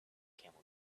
camel